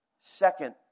Second